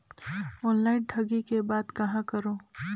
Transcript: Online ठगी के बाद कहां करों?